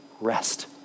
rest